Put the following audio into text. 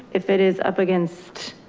if it is up against.